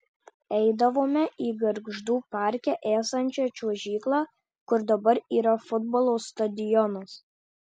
eidavome į gargždų parke esančią čiuožyklą kur dabar yra futbolo stadionas